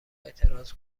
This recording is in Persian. اعتراض